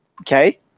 Okay